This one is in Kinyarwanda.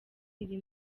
iri